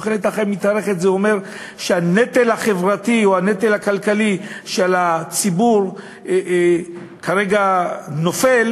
וזה אומר שהנטל החברתי או הנטל הכלכלי כרגע נופל